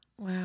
Wow